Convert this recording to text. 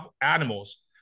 animals